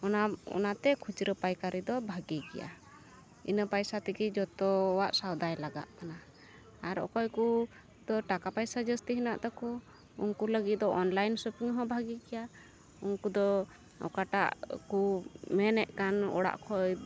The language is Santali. ᱚᱱᱟ ᱚᱱᱟᱛᱮ ᱠᱷᱩᱪᱨᱟᱹ ᱯᱟᱭᱠᱟᱨᱤ ᱫᱚ ᱵᱷᱟᱜᱮ ᱜᱮᱭᱟ ᱤᱱᱟᱹ ᱯᱟᱭᱥᱟ ᱛᱮᱜᱮ ᱡᱚᱛᱚᱣᱟᱜ ᱥᱟᱣᱫᱟᱭ ᱞᱟᱜᱟᱜ ᱠᱟᱱᱟ ᱟᱨ ᱚᱠᱚᱭᱠᱩ ᱫᱚ ᱴᱟᱠᱟ ᱯᱟᱭᱥᱟ ᱡᱟᱹᱥᱛᱤ ᱦᱮᱱᱟᱜ ᱛᱟᱠᱚ ᱩᱝᱠᱩ ᱞᱟᱹᱜᱤᱫ ᱫᱚ ᱚᱱᱞᱟᱭᱤᱱ ᱥᱚᱯᱤᱝᱦᱚᱸ ᱵᱷᱟᱜᱮ ᱜᱮᱭᱟ ᱩᱝᱠᱩᱫᱚ ᱚᱠᱟᱴᱟᱜ ᱠᱩ ᱢᱮᱱᱮᱜ ᱠᱟᱱ ᱚᱲᱟᱜ ᱠᱷᱚᱡ